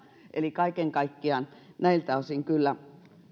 eli kaiken kaikkiaan näiltä osin kyllä